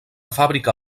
fàbrica